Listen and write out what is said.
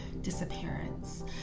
disappearance